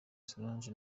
solange